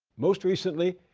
most recently,